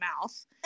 mouth